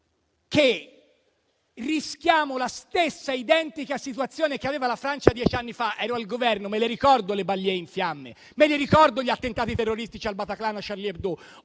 o rischiamo la stessa identica situazione che aveva la Francia dieci anni fa; ero al Governo e ricordo le *banlieue* in fiamme, gli attentati terroristici al Bataclan e alla sede